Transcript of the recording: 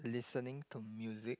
listening to music